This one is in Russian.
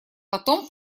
потом